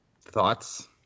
Thoughts